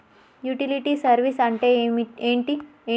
Utility service అంటే ఏంటిది?